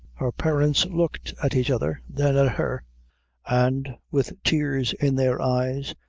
her parents looked at each other then at her and, with tears in their eyes,